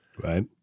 Right